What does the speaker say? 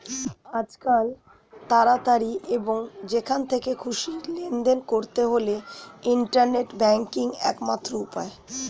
আজকাল তাড়াতাড়ি এবং যেখান থেকে খুশি লেনদেন করতে হলে ইন্টারনেট ব্যাংকিংই একমাত্র উপায়